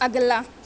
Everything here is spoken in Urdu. اگلا